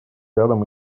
рядом